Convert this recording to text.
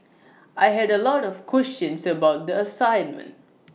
I had A lot of questions about the assignment